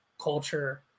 culture